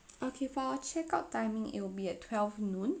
okay for our check out timing it'll be at twelve noon